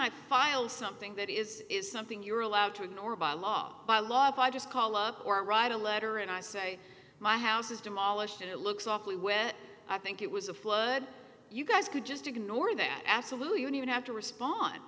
i file something that is is something you're allowed to ignore by law by law if i just call up or write a letter and i say my house is demolished and it looks awfully where i think it was a flood you guys could just ignore that absolutely have to respond